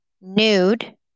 nude